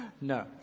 No